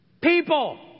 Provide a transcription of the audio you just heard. People